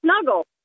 snuggle